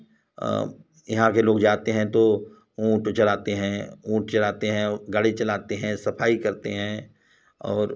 यहाँ के लोग जाते हैं तो ऊँट चराते हैं ऊँट चराते हैं गाड़ी चलाते हैं सफ़ाई करते हैं और